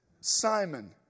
Simon